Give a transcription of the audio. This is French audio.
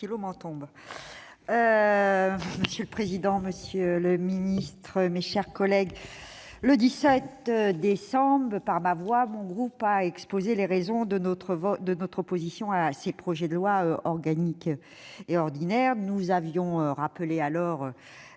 Monsieur le président, monsieur le secrétaire d'État, mes chers collègues, le 17 décembre dernier, par ma voix, le groupe CRCE a exposé les raisons de son opposition à ces projets de loi organique et ordinaire. Nous avions rappelé alors